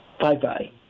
Bye-bye